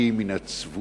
אלא מן הצבועים,